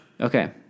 Okay